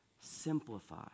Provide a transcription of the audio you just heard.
Simplify